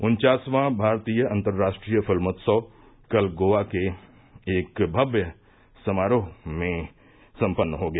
उन्वासवां भारतीय अंतर्राष्ट्रीय फिल्मोत्सव कल गोआ में एक भव्य समारोह के साथ सम्पन्न हो गया